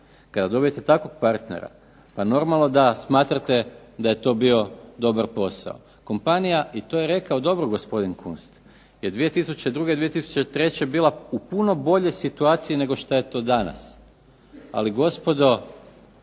Kada dobijete takvog partnera, pa normalno da smatrate da je to bio dobar posao. Kompanija i to je rekao dobro gospodin Kunst, jer 2002., 2003. je bila u puno boljoj situaciji nego što je to danas. Ali gospodo